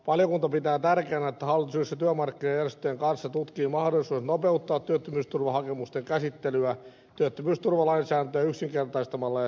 valiokunta pitää tärkeänä että hallitus yhdessä työmarkkinajärjestöjen kanssa tutkii mahdollisuudet nopeuttaa työttömyysturvahakemusten käsittelyä työttömyysturvalainsäädäntöä yksinkertaistamalla ja selkiyttämällä